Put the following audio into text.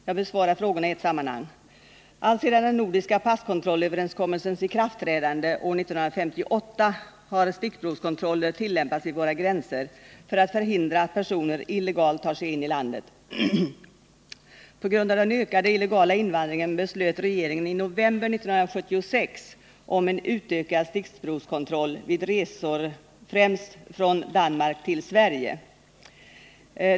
Jag besvarar frågorna i ett sammanhang. Alltsedan den nordiska passkontrollöverenskommelsens ikraftträdande år 1958 har stickprovskontroller tillämpats vid våra gränser för att förhindra att personer illegalt tar sig in i landet. På grund av den ökade illegala invandringen beslöt regeringen i november 1976 om en utökad stickprovskontroll vid främst resor från Danmark till Sverige.